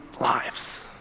lives